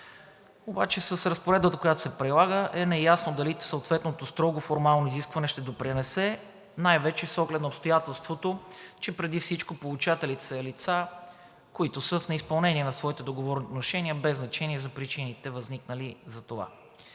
Обаче с разпоредбата, която се прилага, е неясно дали съответното строго формално изискване ще допринесе, най-вече с оглед на обстоятелството, че преди всичко получателите са лица, които са в неизпълнение на своите договорни отношения без значение от възникналите причини за това.